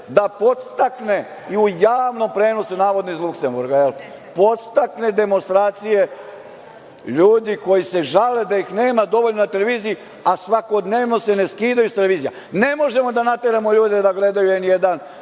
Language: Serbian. da podstakne i u javnom prenosu, navodno iz Luksemburga, jel, podstakne demonstracije ljudi koji se žale da ih nema dovoljno na televiziji, a svakodnevno se ne skidaju sa televizija. Ne možemo da nateramo ljude da gledaju N1, ne